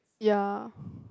ya